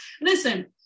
Listen